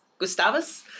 Gustavus